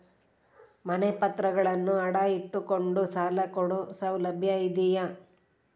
ಮನೆ ಪತ್ರಗಳನ್ನು ಅಡ ಇಟ್ಟು ಕೊಂಡು ಸಾಲ ಕೊಡೋ ಸೌಲಭ್ಯ ಇದಿಯಾ?